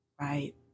right